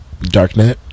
Darknet